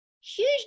Huge